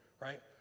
Right